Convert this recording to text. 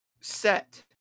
Set